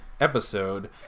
episode